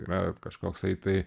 yra vat kažkoksai tai